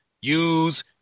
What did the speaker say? use